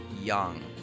young